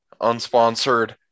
Unsponsored